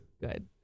Good